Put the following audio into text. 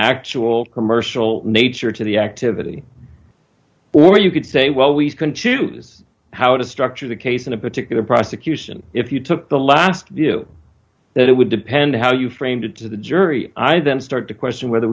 actual commercial nature to the activity or you could say well we've continues how to structure the case in a particular prosecution if you took the last view that it would depend how you framed it to the jury i then start to question whether